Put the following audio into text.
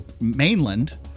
mainland –